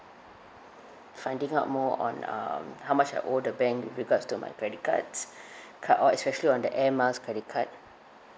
finding out more on um how much I owe the bank with regards to my credit cards card uh especially on the air miles credit card